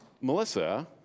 Melissa